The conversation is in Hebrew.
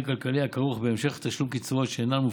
כלכלי הכרוך בהמשך תשלום קצבאות שאינן מופחתות.